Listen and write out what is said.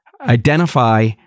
identify